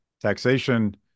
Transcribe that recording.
taxation